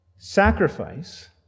Sacrifice